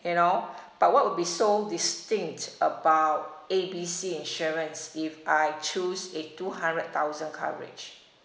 you know but what will be so distinct about A B C insurance if I choose a two hundred thousand coverage